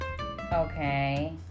Okay